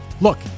Look